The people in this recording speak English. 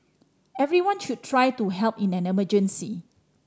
everyone should try to help in an emergency